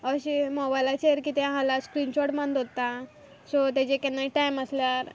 अशें मोबायलाचेर कितें हा जाल्यार स्क्रीनशॉट मारून दवरतां सो तेजेर केन्ना टायम आसल्यार